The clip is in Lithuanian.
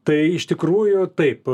tai iš tikrųjų taip